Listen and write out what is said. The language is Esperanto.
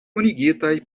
kunigitaj